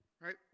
Right